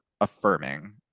affirming